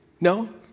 no